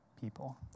people